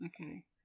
Okay